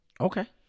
Okay